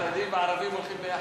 חרדים וערבים הולכים יחד.